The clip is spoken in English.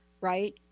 right